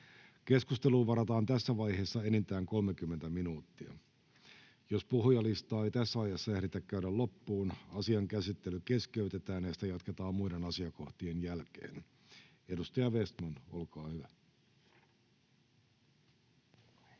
Keskusteluun varataan tässä vaiheessa enintään 30 minuuttia. Jos puhujalistaa ei tässä ajassa ehditä käydä loppuun, asian käsittely keskeytetään ja sitä jatketaan muiden asiakohtien jälkeen. — Keskustelu, edustaja Vestman, olkaa hyvä.